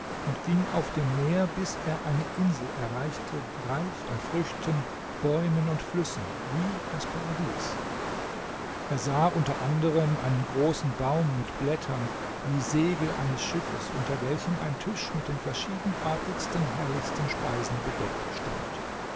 und ging auf dem meer bis er eine insel erreichte reich an früchten bäumen und flüssen wie das paradies er sah unter anderem einen großen baum mit blättern wie segel eines schiffes unter welchem ein tisch mit den verschiedenartigsten herrlichsten speisen bedeckt stand